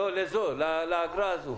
לאגרה הזאת.